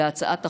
להצעת החוק,